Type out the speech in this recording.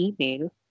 email